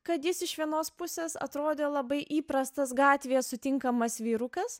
kad jis iš vienos pusės atrodė labai įprastas gatvėje sutinkamas vyrukas